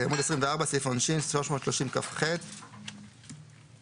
בעמוד 24, סעיף 330כח, עונשין.